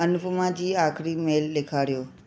अनुपमा जी आख़िरी मेल ॾेखारियो